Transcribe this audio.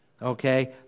Okay